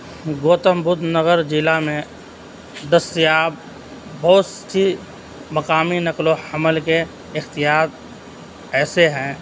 گوتم بدھ نگر ضلع میں دستیاب بہت سی مقامی نقل و حمل کے اختیار ایسے ہیں